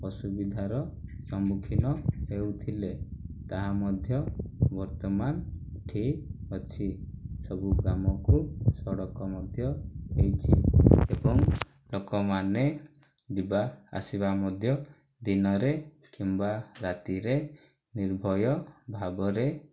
ଅସୁବିଧାର ସମ୍ମୁଖୀନ ହେଉଥିଲେ ତା ମଧ୍ୟ ବର୍ତ୍ତମାନ ଠିକ୍ ଅଛି ସବୁ ଗ୍ରାମକୁ ସଡ଼କ ମଧ୍ୟ ହୋଇଛି ଏବଂ ଲୋକମାନେ ଯିବାଆସିବା ମଧ୍ୟ ଦିନରେ କିମ୍ବା ରାତିରେ ନିର୍ଭୟ ଭାବରେ